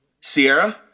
Sierra